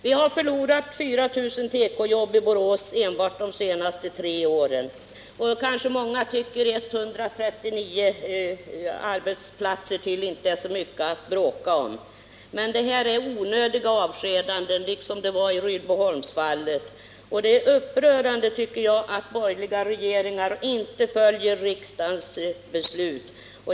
Vi har förlorat 4 000 tekojobb i Borås enbart de tre senaste åren. Många 1S kanske tycker att ytterligare 139 arbetsplatser inte är mycket att bråka om. Men det är fråga om onödiga avskedanden, liksom det var i Rydboholmsfallet, och jag tycker att det är upprörande att borgerliga regeringar inte följer riksdagens beslut.